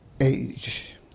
age